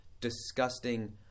disgusting